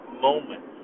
moments